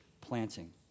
planting